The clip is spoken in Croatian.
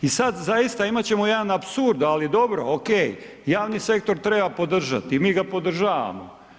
I sad zaista, imat ćemo jedan apsurd, ali dobro, okej, javni sektor treba podržati i mi ga podržavamo.